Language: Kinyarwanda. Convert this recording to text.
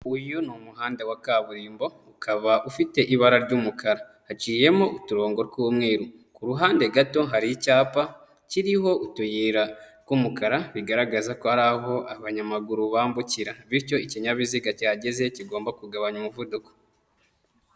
Uyu ni umuhanda wa kaburimbo ukaba ufite ibara ry'umukara, haciyemo uturongo tw'umweru, ku ruhande gato hari icyapa kiriho utuyira tw'umukara bigaragaza ko hari aho abanyamaguru bambukira, bityo ikinyabiziga kihageze kigomba kugabanya umuvuduko.